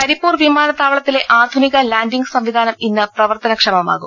കരിപ്പൂർ വിമാനത്താവളത്തിലെ ആധുനിക ലാന്റിംഗ് സംവി ധാനം ഇന്ന് പ്രവർത്തനക്ഷമമാകും